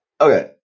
Okay